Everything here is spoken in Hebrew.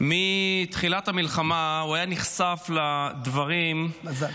מתחילת המלחמה, הוא היה נחשף לדברים, מזל.